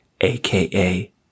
aka